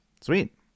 Sweet